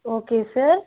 okay sir